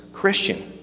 Christian